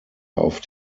auf